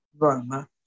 Roma